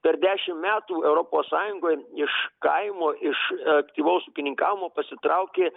per dešim metų europos sąjungoj iš kaimo iš aktyvaus ūkininkavimo pasitraukė